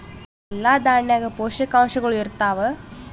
ಎಲ್ಲಾ ದಾಣ್ಯಾಗ ಪೋಷಕಾಂಶಗಳು ಇರತ್ತಾವ?